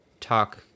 talk